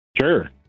Sure